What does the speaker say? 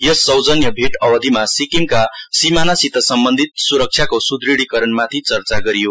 यस सौजन्य भैट अवधिमा सिक्किमका सीमानासित सम्बन्धित सुरक्षाको सुदृढीकरणमाथि चर्चा गरियो